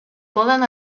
poden